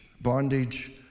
bondage